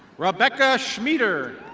rebecca shmeider.